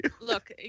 Look